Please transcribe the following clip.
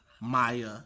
Maya